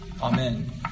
Amen